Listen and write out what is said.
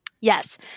Yes